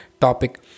topic